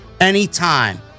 anytime